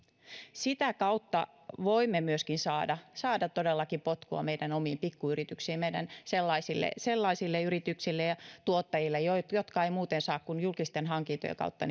sitä kautta voimme myöskin saada saada todellakin potkua meidän omille pikkuyrityksillemme ja sellaisille yrityksillemme ja tuottajillemme jotka eivät saa referenssejä muuten kuin julkisten hankintojen kautta